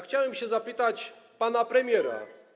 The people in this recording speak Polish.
Chciałem zapytać pana premiera: